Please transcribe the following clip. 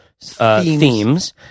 themes